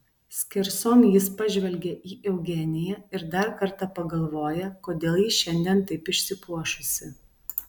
skersom jis pažvelgia į eugeniją ir dar kartą pagalvoja kodėl ji šiandien taip išsipuošusi